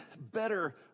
better